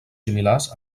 similars